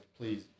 please